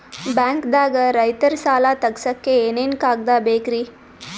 ಬ್ಯಾಂಕ್ದಾಗ ರೈತರ ಸಾಲ ತಗ್ಸಕ್ಕೆ ಏನೇನ್ ಕಾಗ್ದ ಬೇಕ್ರಿ?